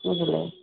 ବୁଝିଲେ